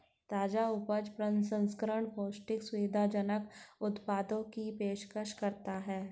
ताजा उपज प्रसंस्करण पौष्टिक, सुविधाजनक उत्पादों की पेशकश करता है